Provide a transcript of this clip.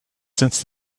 since